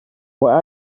where